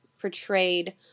portrayed